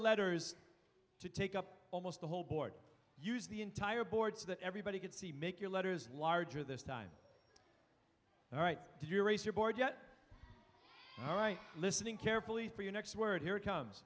letters to take up almost the whole board use the entire board so that everybody could see make your letters larger this time all right do your research board yet all right listening carefully for your next word here comes